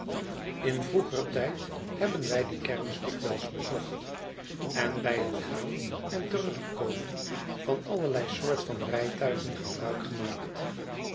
in vroeger tijd hebben wij die kermis dikwijls bezocht en bij het gaan en terugkomen van allerlei soort van rijtuigen gebruik gemaakt